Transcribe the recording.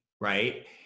right